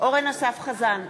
אורן אסף חזן,